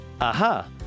Aha